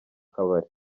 kabari